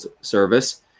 Service